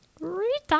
rita